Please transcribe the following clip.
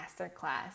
masterclass